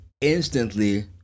instantly